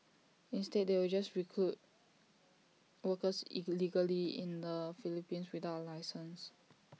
instead they will just recruit workers illegally in the Philippines without A licence